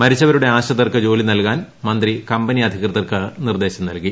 മരിച്ചവരുടെ ആശ്രിതർക്ക് ജോലി നൽകാൻ മന്ത്രി കമ്പനി അധികൃതർക്ക് നിർദ്ദേശം നൽകി